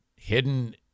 hidden